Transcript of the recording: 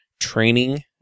training